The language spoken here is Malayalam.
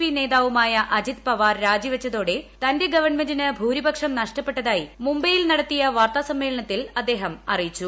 പി നേതാവുമായ അജിത് പവാർ രാജിവെച്ചതോടെ തന്റെ ഗവൺമെന്റിന് ഭൂരിപക്ഷം നഷ്ടപ്പെട്ടതായി മുംബൈയിൽ നടത്തിയ വാർത്താസമ്മേളനത്തിൽ അദ്ദേഹം അറിയിച്ചു